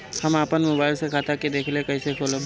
हम आपन मोबाइल से खाता के देखेला कइसे खोलम?